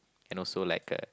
and also like a